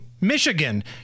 Michigan